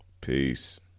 peace